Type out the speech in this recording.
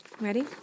Ready